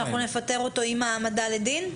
שנפטר אותו עם ההעמדה לדין?